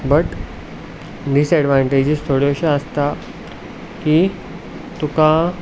but misadvantages थोड्योशो आसता की तुका